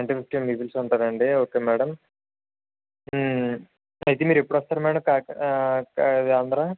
nine to fifteen people ఉంటారా okay madam అయితే మీరు ఎప్పుడు వస్తారు మేడం క ఆంధ్ర